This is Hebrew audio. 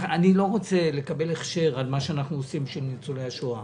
אני לא רוצה לקבל הכשר על מה שאנחנו עושים בשביל ניצולי השואה.